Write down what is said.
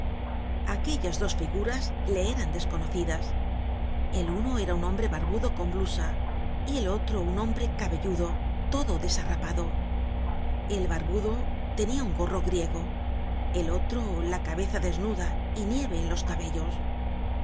aquellas dos figuras le eran desconocidas el uno era un hombre barbudo con blusa y el otro un hombre cabelludo todo desarrapado el barbudo tenia un gorro griego el otro la cabeza desnuda y nieve en los cabellos